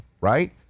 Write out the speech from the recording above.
right